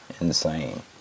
insane